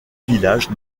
village